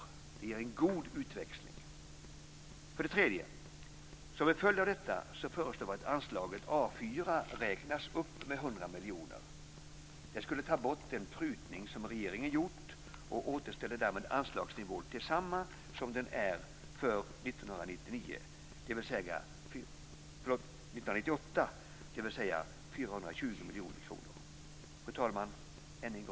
Det ger en god utväxling. - Som en följd av detta föreslår vi att anslaget A 4 räknas upp med 100 miljoner kronor. Det skulle ta bort den prutning som regeringen gjort och därmed återställa anslagsnivån till samma som för Fru talman! Än en gång vill jag yrka bifall till reservation 2.